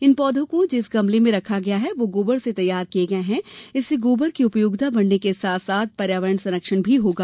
इन पौधों को जिस गमले में रखा गया है वह गोबर से तैयार किये गये हैं इससे गोबर की उपयोगिता बढ़ने के साथ साथ पर्यावरण संरक्षण भी होगा